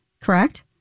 correct